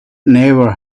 never